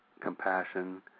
compassion